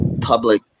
public